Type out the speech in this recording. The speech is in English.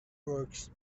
works